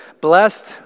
blessed